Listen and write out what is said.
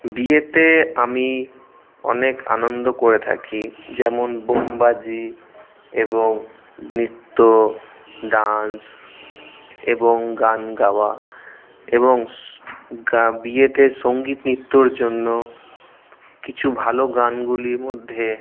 বিয়েতে আমি অনেক আনন্দ করে থাকি যেমন বোম বাজি এবং নিত্য ডান্স এবং গান গাওয়া এবং সু গা বিয়েতে সংগীত নিত্যর জন্য কিছু ভালো গানগুলির মধ্যে